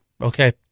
okay